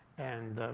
and